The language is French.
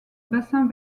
bassin